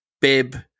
Bib